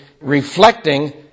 reflecting